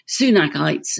Sunakites